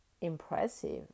impressive